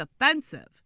offensive